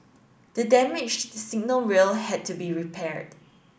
the damaged signal rail had to be repaired